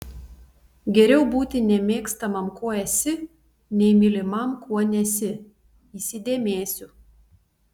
geriau būti nemėgstamam kuo esi nei mylimam kuo nesi įsidėmėsiu